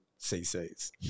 CCs